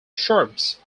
shrubs